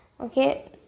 okay